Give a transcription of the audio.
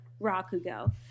Rakugo